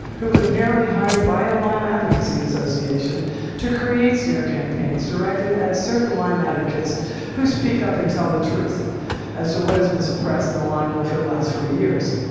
who was apparently hired by a lyme advocacy association to create smear campaigns directed at certain lyme advocates who speak up and tell the truth as to what has been suppressed in the lyme world for the last forty years.